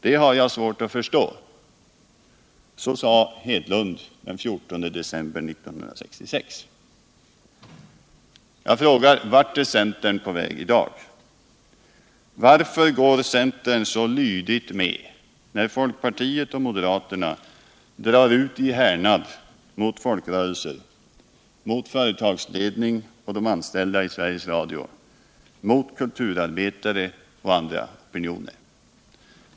Det har jag svårt att förstå.” Så sade Gunnar Hedlund den 14 december 1966. Vart är centern på väg i dag? Varför går centern så lydigt med när folkpartiet och moderaterna drar ut i härnad mot folkrörelser, företagsledning och anställda i Sveriges Radio, mot kulturarbetare och andra opinioner?